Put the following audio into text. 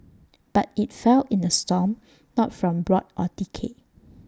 but IT fell in A storm not from rot or decay